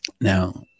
Now